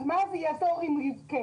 אז מה זה יעזור אם נבכה?